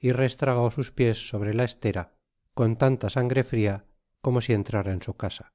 y restragó sus piés sobre la e lera con tanta sangre fria como si entrara en su casa